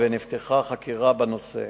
ונפתחה חקירה בנושא